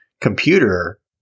computer